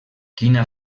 quina